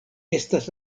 estas